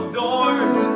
doors